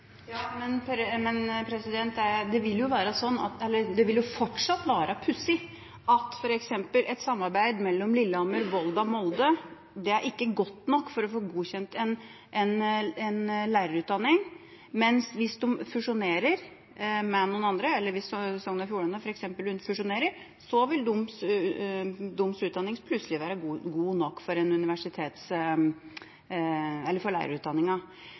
Det vil jo fortsatt være pussig at f.eks. et samarbeid mellom Lillehammer, Volda og Molde ikke er godt nok for å få godkjent en lærerutdanning, mens hvis de fusjonerer med noen andre, hvis man f.eks. fusjonerer med Sogn og Fjordane, vil deres utdanning plutselig være god nok for lærerutdanninga. Jeg forstår hva statsråden sier når det gjelder det med fusjonsbestemmelser og muligheten for